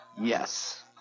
Yes